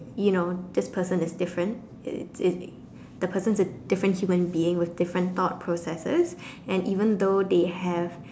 you know this person is different the the the person is a different human being with different though processes and even though they have